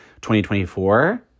2024